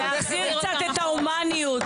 להחזיר קצת את ההומניות.